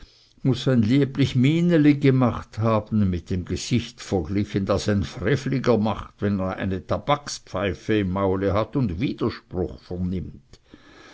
muß ein lieblich mieneli gemacht haben mit dem gesicht verglichen das ein frevliger macht wenn er eine tabakspfeife im maul hat und widerspruch vernimmt